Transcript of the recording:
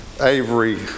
Avery